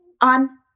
on